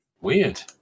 weird